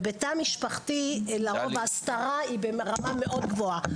ובתא משפחתי לרוב ההסתרה היא ברמה מאוד גבוהה,